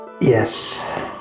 Yes